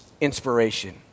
inspiration